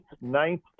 ninth